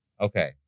okay